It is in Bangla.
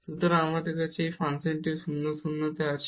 সুতরাং আমাদের আছে এবং ফাংশনটিও 0 0 এ আছে